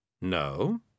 No